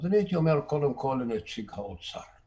הייתי אומר קודם כול לנציג האוצר: